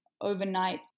overnight